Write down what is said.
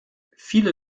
viele